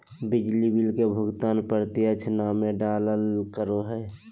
बिजली बिल के भुगतान प्रत्यक्ष नामे डालाल करो हिय